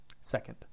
second